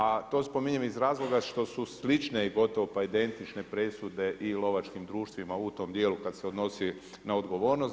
A to spominjem iz razloga što su slične i gotovo pa identične presude i lovačkim društvima u tom dijelu kada se odnosi na odgovornost.